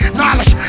knowledge